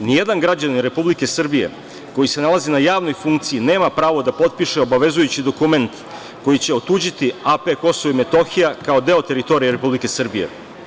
Ni jedan građanin Republike Srbije, koji se nalazi na javnoj funkciji nema pravo da potpiše obavezujući dokument koji će otuđiti AP Kosovo i Metohiju kao deo teritorije Republike Srbije.